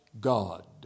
God